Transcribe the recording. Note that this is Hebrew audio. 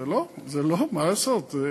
מה לעשות,